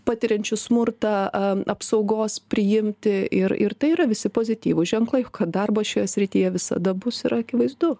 patiriančių smurtą a apsaugos priimti ir ir tai yra visi pozityvūs ženklai kad darbo šioje srityje visada bus ir akivaizdu